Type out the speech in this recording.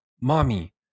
Mommy